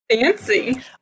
Fancy